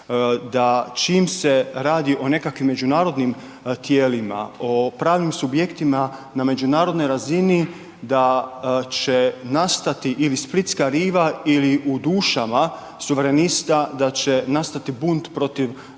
da čim se radi o nekakvim međunarodnim tijelima, o pravnim subjektima na međunarodnoj razini da će nastati ili splitska riva ili u dušama suverenista da će nastati bunt protiv